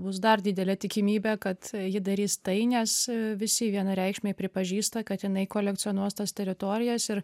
bus dar didelė tikimybė kad ji darys tai nes visi vienareikšmiai pripažįsta kad jinai kolekcionuos tas teritorijas ir